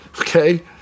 Okay